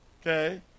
Okay